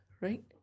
right